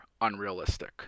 unrealistic